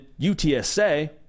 UTSA